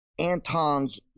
Anton's